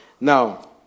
Now